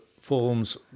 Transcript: forms